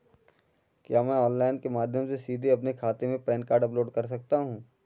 क्या मैं ऑनलाइन के माध्यम से सीधे अपने खाते में पैन कार्ड अपलोड कर सकता हूँ?